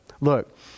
Look